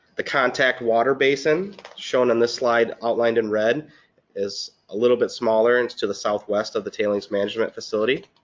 the contact water basin shown on this slide outlined in red is a little bit smaller and it's to the southwest of the tailings management facility.